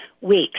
weeks